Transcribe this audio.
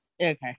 Okay